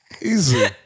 Easy